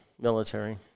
military